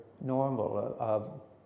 normal